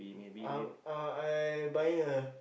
uh uh I buying a